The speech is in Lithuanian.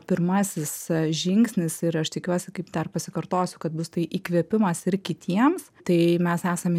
pirmasis žingsnis ir aš tikiuosi kaip dar pasikartosiu kad bus tai įkvėpimas ir kitiems tai mes esam